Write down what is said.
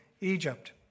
Egypt